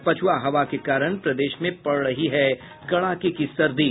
और पछुआ हवा के कारण प्रदेश में पड़ रही कड़ाके की सर्दी